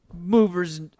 movers